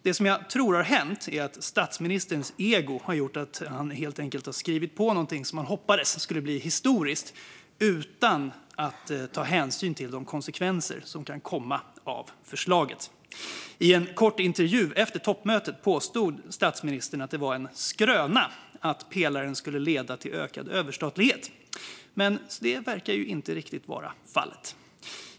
Det jag tror har hänt är att statsministerns ego har gjort att han helt enkelt har skrivit på någonting som han hoppades skulle bli historiskt utan att ta hänsyn till de konsekvenser som kan komma av förslaget. I en kort intervju efter toppmötet påstod statsministern att det var en skröna att pelaren skulle leda till ökad överstatlighet, men så verkar inte riktigt vara fallet.